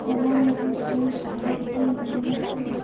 ସମୟରେ ସେଇ ସାମଗ୍ରୀ ମିଳି ନଥିଲେ